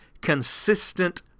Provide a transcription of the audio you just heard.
consistent